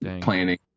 planning